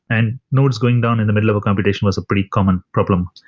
and nodes going down in the middle of a computation was a pretty common problem,